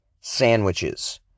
sandwiches